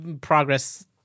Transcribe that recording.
progress